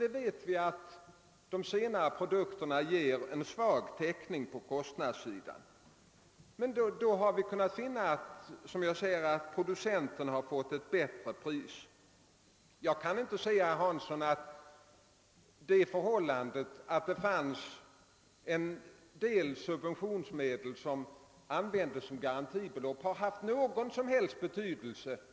Vi vet att de senare produkterna ger en svag täckning på kostnadssidan. Om konsumtionsmjölkens andel ökas kan producenterna få ett bättre pris. Jag kan inte finna, herr Hansson, att det förhållandet att en del subventionsmedel använts som garantibelopp haft någon som helst betydelse.